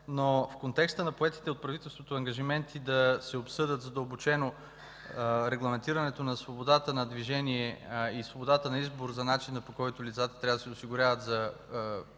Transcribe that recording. Но в контекста на поетите от правителството ангажименти да се обсъдят задълбочено регламентирането на свободата на движение и свободата на избор за начина, по който лицата трябва да се осигуряват за пенсия